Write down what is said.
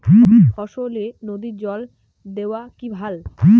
ফসলে নদীর জল দেওয়া কি ভাল?